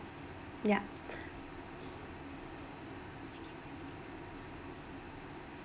ya